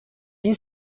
این